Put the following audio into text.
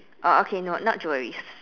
oh okay no not jewelries